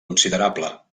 considerable